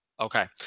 Okay